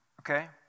okay